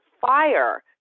fire